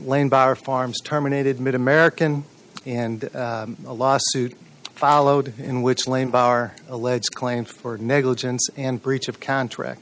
land by our farms terminated middle american and a lawsuit followed in which lane barr alleged claim for negligence and breach of contract